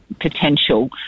potential